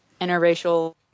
interracial